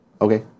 Okay